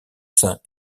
son